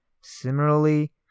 Similarly